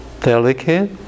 delicate